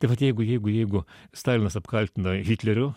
tai vat jeigu jeigu jeigu stalinas apkaltino hitleriu